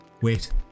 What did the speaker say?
Wait